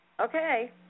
Okay